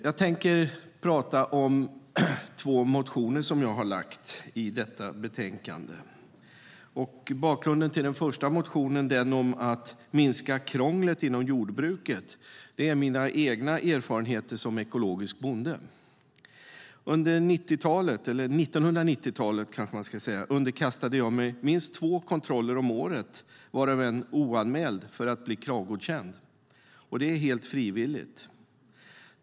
Jag tänker tala om två motioner som jag har väckt och som tas upp i detta betänkande. Bakgrunden till den första motionen om att minska krånglet inom jordbruket är mina egna erfarenheter som ekologisk bonde. Under 1990-talet underkastade jag mig minst två kontroller om året, varav en oanmäld, för att bli Kravgodkänd. Detta är helt frivilligt.